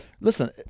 Listen –